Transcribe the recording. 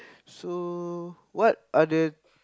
so what are the